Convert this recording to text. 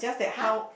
!huh!